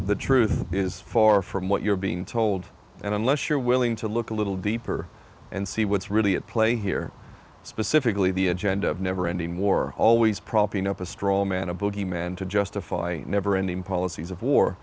the truth is far from what you're being told and unless you're willing to look a little deeper and see what's really at play here specifically the agenda of never ending war always propping up a straw man a bogeyman to justify never ending policies of war